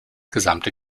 gesamte